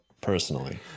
personally